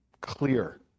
clear